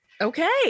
Okay